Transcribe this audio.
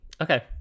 Okay